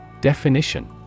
Definition